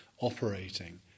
operating